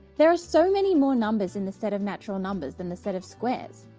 there are so many more numbers in the set of natural numbers than the set of squares.